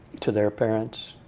to their parents.